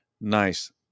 nice